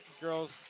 girls